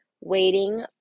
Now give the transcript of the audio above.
waiting